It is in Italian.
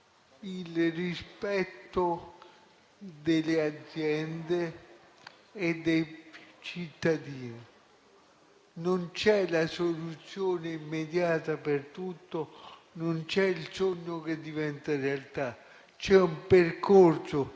il rispetto delle aziende e dei cittadini. Non contiene la soluzione immediata per tutto, non è il sogno che diventa realtà. C'è un percorso